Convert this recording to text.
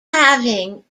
having